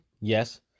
Yes